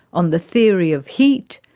on the theory of heat,